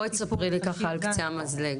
בואי תספרי לי קצת על קצה המזלג.